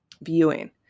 viewing